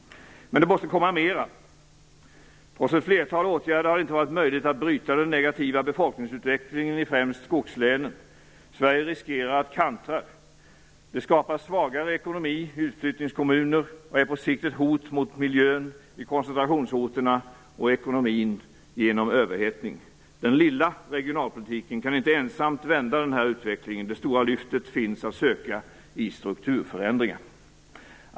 Men det måste komma mera. Trots ett flertal åtgärder har det inte varit möjligt att bryta den negativa befolkningsutvecklingen i främst skogslänen. Sverige riskerar att kantra. Det skapar svagare ekonomi i utflyttningskommuner och är på sikt ett hot mot miljön i koncentrationsorterna och ekonomin genom överhettning. Den "lilla" regionalpolitiken kan inte ensam vända utvecklingen. Det stora lyftet finns att söka i strukturförändringar.